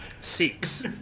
six